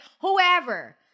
whoever